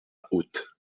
haute